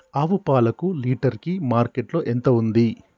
ఆవు పాలకు లీటర్ కి మార్కెట్ లో ఎంత ఉంది?